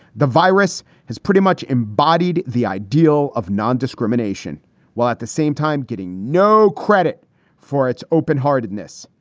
the virus has pretty much embodied the ideal of non-discrimination while at the same time getting no credit for its open heartedness.